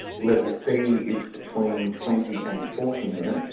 level c is between twenty and forty minutes,